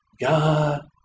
God